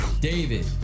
David